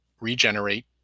regenerate